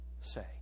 say